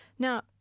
Now